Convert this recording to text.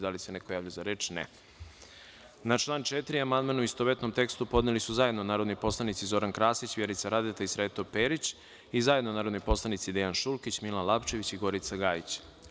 Da li se neko javlja za reč? (Ne.) Na član 4. amandman u istovetnom tekstu podneli su zajedno narodni poslanici Zoran Krasić, Vjerica Radeta i Sreto Perić i zajedno narodni poslanici Dejan Šulkić, Milan Lapčević i Gorica Gajić.